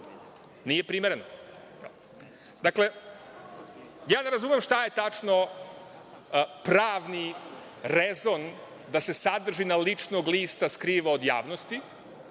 nije primereno. Dakle, ne razumem šta je tačno pravni rezon da se sadržina ličnog lista skriva od javnosti.